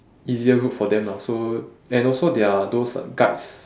easier route for them lah so and also there are those like guides